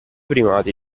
primati